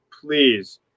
please